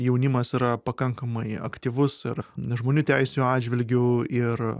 jaunimas yra pakankamai aktyvus ir nes žmonių teisių atžvilgiu ir